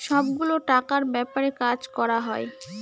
সব গুলো টাকার ব্যাপারে কাজ করা হয়